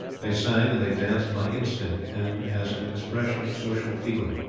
they sang and they danced by instinct and as an expression of social feeling.